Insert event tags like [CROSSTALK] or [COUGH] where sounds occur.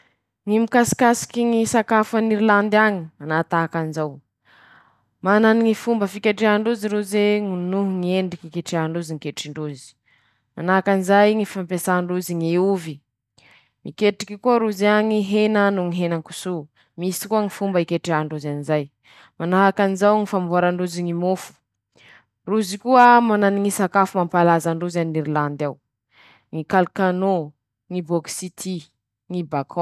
Ñy mikasikasiky [SHUSHES] ñy sakafo an'Irilandy añy, manatahaky an'iazo: Mana ñy fomba fiketrehandrozy roze no mana ñy endriky iketrehandrozy ñy ketrindrozy, manahakan'izay ñy fampiasà ndrozy ñy ovy, miketrika koa rozay añy ñy hena no ñy henankosoo, misy koa ñy fomba hiketreha ndrozy anizay, [SHUSHES] manahakanjao ñy famboarandrozy ñy mofo, rozy koa mana ñy sakafo mampalaza androzy anIrilandy ao, ñy kalikanô, ñy bôkisity, ñy.